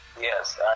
yes